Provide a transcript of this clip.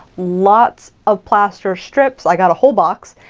lots of plaster strips, i got a whole box.